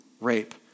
rape